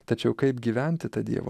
tačiau kaip gyventi ta dievo